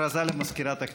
הודעה למזכירת הכנסת.